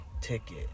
Ticket